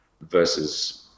versus